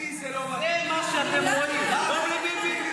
הוא לא יכול להיות חבר בוועדה,